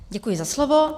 Děkuji za slovo.